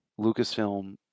Lucasfilm